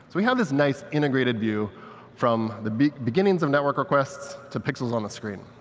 we have this nice integrated view from the beginnings of network requests to pixels on the screen.